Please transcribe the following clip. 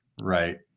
Right